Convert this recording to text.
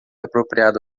apropriado